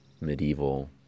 medieval